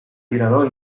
tirador